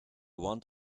want